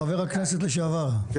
חבר הכנסת לשעבר,